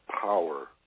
power